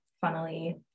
funnily